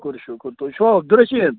شُکر شُکر تُہۍ چھُوا عبدالرشیٖد